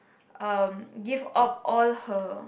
um give up all her